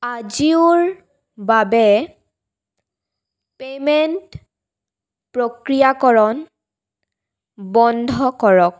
আজিওৰ বাবে পে'মেণ্ট প্ৰক্ৰিয়াকৰণ বন্ধ কৰক